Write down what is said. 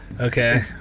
Okay